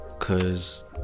Cause